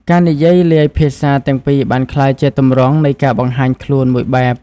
ការនិយាយលាយភាសាទាំងពីរបានក្លាយជាទម្រង់នៃការបង្ហាញខ្លួនមួយបែប។